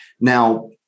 Now